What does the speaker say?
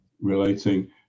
relating